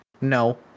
No